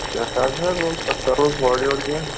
شےٚ ساس حظ ولہٕ پَتہٕ کَرہوس اورٕ یور کیٚنٛہہ